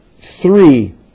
three